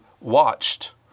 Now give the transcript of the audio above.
watched